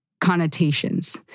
connotations